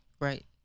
Right